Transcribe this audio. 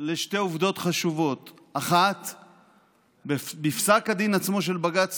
לשתי עובדות חשובות: האחת, בפסק הדין עצמו של בג"ץ